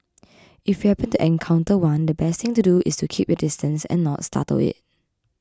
if you happen to encounter one the best thing to do is to keep your distance and not startle it